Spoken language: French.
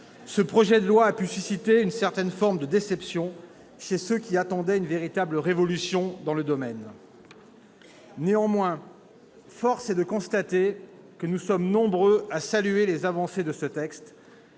ce texte a pu susciter une certaine forme de déception chez ceux qui attendaient une véritable révolution dans le domaine. Néanmoins, force est de constater que nous sommes nombreux à saluer les avancées de ce texte,